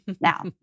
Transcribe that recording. Now